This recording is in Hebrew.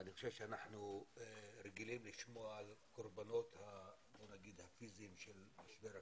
אני חושב שאנחנו רגילים לשמוע על הקורבנות הפיזיים של משבר הקורונה,